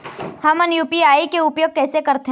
हमन यू.पी.आई के उपयोग कैसे करथें?